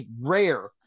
rare